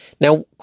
Now